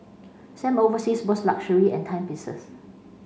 Sam oversees both luxury and timepieces